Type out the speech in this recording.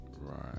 Right